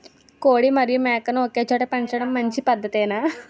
కోడి మరియు మేక ను ఒకేచోట పెంచడం మంచి పద్ధతేనా?